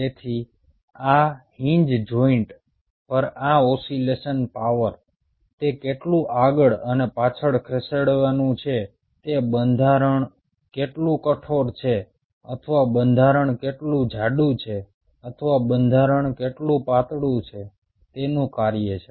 તેથી આ hinge joint પર આ ઓસિલેશન પાવર તે કેટલું આગળ અને પાછળ ખસેડવાનું છે તે બંધારણ કેટલું કઠોર છે અથવા બંધારણ કેટલું જાડું છે અથવા બંધારણ કેટલું પાતળું છે તેનું કાર્ય છે